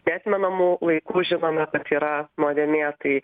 neatmenamų laikų žinome kad yra nuodėmė tai